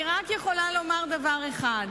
אני יכולה לומר רק דבר אחד: